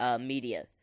media